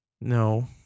No